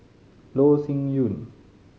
Loh Sin Yun